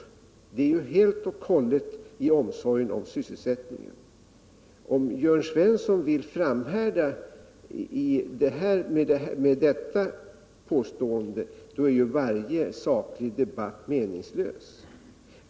Dessa har skett helt och hållet i omsorg om sysselsättningen. Om Jörn Svensson vill framhärda med detta påstående, är ju varjé saklig debatt meningslös.